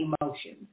emotions